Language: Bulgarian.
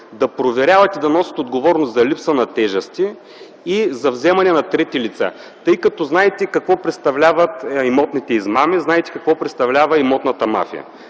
да проверяват и да носят отговорност за липса на тежести и за вземане на трети лица, тъй като знаете какво представляват имотните измами, знаете какво представлява имотната мафия.